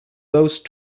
those